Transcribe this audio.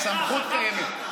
הסמכות קיימת.